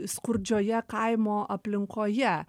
skurdžioje kaimo aplinkoje